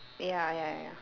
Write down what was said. ya ya ya